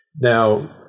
Now